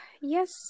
Yes